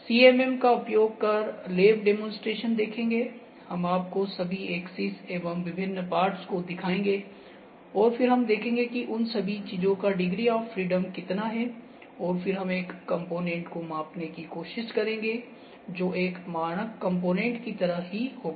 CMM का उपयोग कर लैब डेमोंस्ट्रेशन देखेंगेहम आपको सभी एक्सिस एवं विभिन्न पार्ट्स को दिखाएंगे और फिर हम देखेंगे कि उन सभी चीजों का डिग्री ऑफ़ फ्रीडम कितना है और फिर हम एक कॉम्पोनेन्ट को मापने की कोशिश करेंगे जो एक मानक कॉम्पोनेन्ट की तरह ही होगा